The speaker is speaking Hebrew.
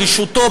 ברשעותו,